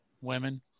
Women